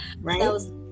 Right